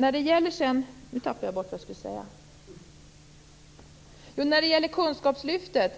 Sedan vill jag säga något om kunskapslyftet.